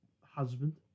husband